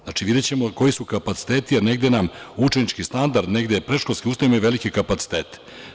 Znači, videćemo koji su kapaciteti, a negde nam učenički standard, negde predškolske ustanove imaju velike kapacitete.